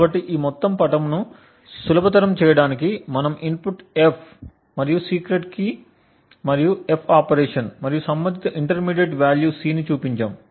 కాబట్టి ఈ మొత్తం పటంను సులభతరం చేయడానికి మనము ఇన్పుట్ F మరియు సీక్రెట్ కీ మరియు F ఆపరేషన్ మరియు సంబంధిత ఇంటర్మీడియట్ వాల్యూ C ను చూపించాము